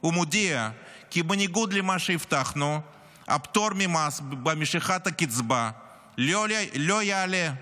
ומודיע כי בניגוד למה שהבטחנו הפטור ממס במשיכת הקצבה לא יעלה,